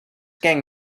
gang